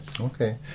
Okay